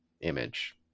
image